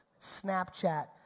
Snapchat